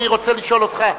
אני רוצה לשאול אותך,